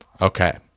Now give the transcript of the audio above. okay